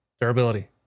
durability